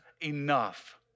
enough